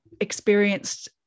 experienced